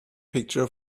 picture